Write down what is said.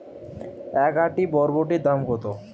এক আঁটি বরবটির দাম কত?